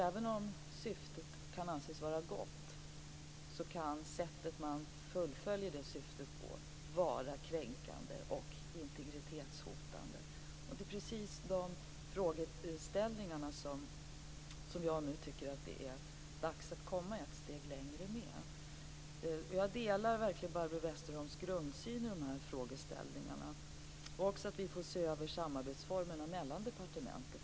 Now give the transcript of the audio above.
Även om syftet kan anses vara gott, kan sättet att fullfölja syftet vara kränkande och integritetshotande. Det är precis de frågorna som det är dags att komma ett steg längre med. Jag delar Barbro Westerholms grundsyn i frågan. Vi skall se över samarbetsformerna mellan departementen.